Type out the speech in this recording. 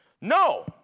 No